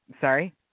Sorry